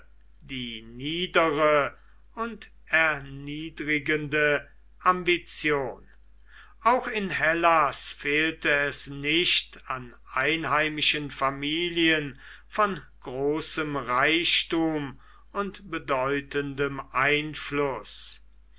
die niedere und erniedrigende ambition auch in hellas fehlte es nicht an einheimischen familien von großem reichtum und bedeutendem einfluß